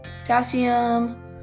potassium